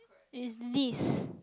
is this